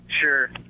sure